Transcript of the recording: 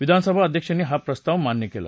विधानसभा अध्यक्षांनी हा प्रस्ताव मान्य केला